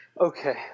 Okay